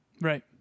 Right